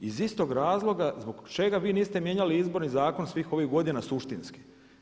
Iz istog razloga zbog čega vi niste mijenjali Izborni zakon svih ovih godina suštinski.